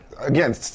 again